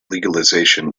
legalization